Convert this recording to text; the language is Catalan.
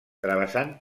travessant